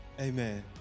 Amen